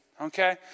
okay